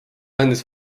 andis